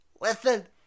listen